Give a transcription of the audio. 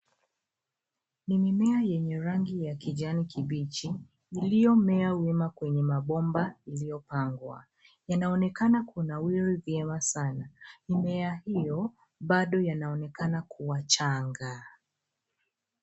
Ni mimea yenye rangi ya kijani kibichi iliyomea wima kwenye mabomba yaliyopangwa. Yanaonekana kunawiri vyema sana. Mimea hiyo bado yanaonekana kuwa changa.